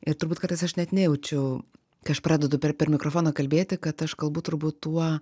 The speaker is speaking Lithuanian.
ir turbūt kartais aš net nejaučiu kai aš pradedu per per mikrofoną kalbėti kad aš kalbu turbūt tuo